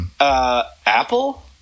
Apple